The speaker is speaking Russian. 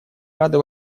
рады